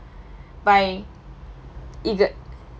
by